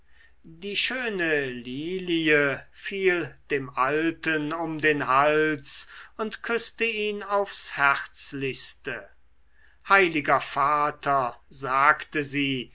die schöne lilie fiel dem alten um den hals und küßte ihn aufs herzlichste heiliger vater sagte sie